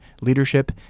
leadership